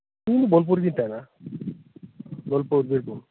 ᱤᱧ ᱵᱚᱞᱯᱩᱨ ᱨᱮᱜᱤᱧ ᱛᱟᱦᱮᱱᱟ ᱵᱚᱞᱯᱩᱨ ᱵᱤᱨᱵᱷᱩᱢ